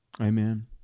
Amen